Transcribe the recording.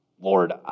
Lord